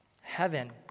Heaven